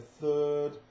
third